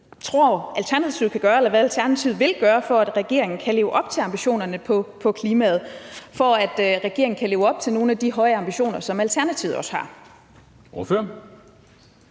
tror Alternativet kan gøre, eller hvad Alternativet vil gøre, for at regeringen kan leve op til ambitionerne på klimaområdet, og for at regeringen kan leve op til nogle af de høje ambitioner, som Alternativet også har. Kl.